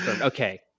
Okay